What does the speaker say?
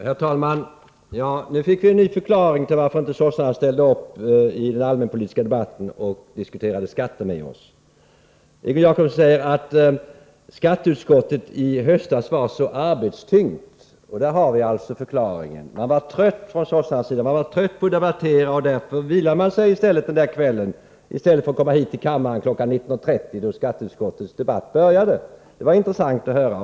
Herr talman! Nu fick vi en ny förklaring till varför socialdemokraterna inte ställde upp i den allmänpolitiska debatten och diskuterade skatter med oss. Egon Jacobsson sade att skatteutskottet i höstas var så arbetstyngt. Där har vi alltså förklaringen. Man var trött på att debattera och därför vilade man sig den där kvällen i stället för att komma hit till kammaren kl. 19.30, då skatteutskottets debatt började. Det var intressant att höra.